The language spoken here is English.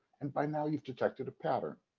and by now you've detected a pattern.